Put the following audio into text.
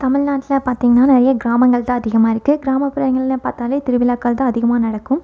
தமிழ்நாட்டில் பார்த்திங்கன்னா நிறைய கிராமங்கள் தான் அதிகமாக இருக்கு கிராமப்புறங்கள்னு பார்த்தாலே திருவிழாக்கள் தான் அதிகமாக நடக்கும்